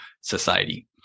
society